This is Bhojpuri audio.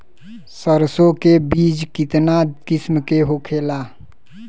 सरसो के बिज कितना किस्म के होखे ला?